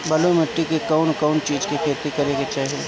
बलुई माटी पर कउन कउन चिज के खेती करे के चाही?